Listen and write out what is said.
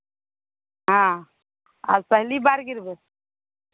हँ आब पहिली बार गिरयबै